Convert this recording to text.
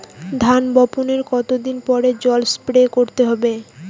ধান বপনের কতদিন পরে জল স্প্রে করতে হবে?